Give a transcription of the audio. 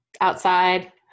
outside